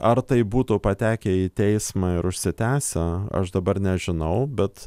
ar tai būtų patekę į teismą ir užsitęsę aš dabar nežinau bet